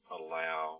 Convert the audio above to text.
allow